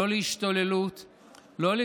לא להשתוללות,